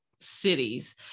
Cities